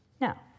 Now